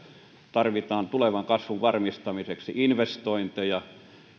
tarvitaan tulevan kasvun varmistamiseksi investointeja